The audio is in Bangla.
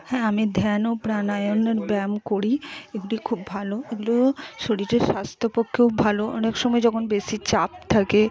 হ্যাঁ আমি ধ্যান ও প্রাণায়ামের ব্যায়াম করি এগুলি খুব ভালো এগুলো শরীরের স্বাস্থ্যের পক্ষেও ভালো অনেক সময় যখন বেশি চাপ থাকে